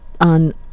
on